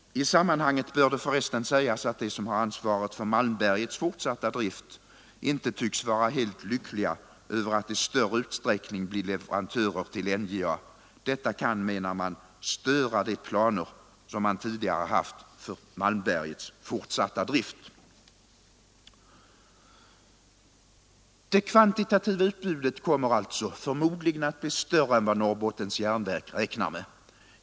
I sammanhanget bör det för resten sägas, att de som har ansvaret för Malmbergets fortsatta drift alls inte är helt lyckliga över att i större utsträckning bli leverantörer till NJA. Detta kan, menar man, störa de planer man tidigare haft för Malmbergets fortsatta drift. Det kvantitativa utbudet kommer alltså förmodligen att bli större än vad Norrbottens järnverk räknar med.